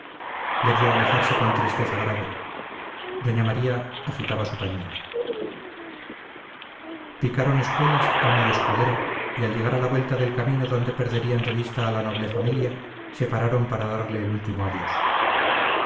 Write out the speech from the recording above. le vio alejarse con tristeza grave doña maría agitaba su pañuelo picaron espuelas amo y escudero y al llegar a la vuelta del camino donde perderían de vista a la noble familia se pararon para darle el último adiós